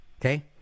okay